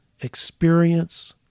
experience